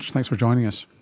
thanks for joining us.